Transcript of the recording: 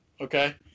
Okay